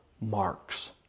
marks